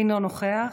אינו נוכח,